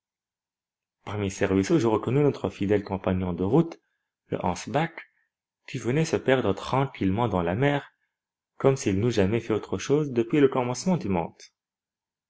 parmi ces ruisseaux je reconnus notre fidèle compagnon de route le hans bach qui venait se perdre tranquillement dans la mer comme s'il n'eût jamais fait autre chose depuis le commencement du monde